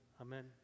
Amen